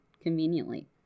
conveniently